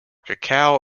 cacao